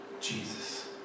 Jesus